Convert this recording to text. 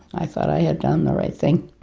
i thought i had done the right thing